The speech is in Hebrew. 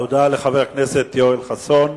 תודה לחבר הכנסת יואל חסון.